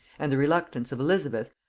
and the reluctance of elizabeth,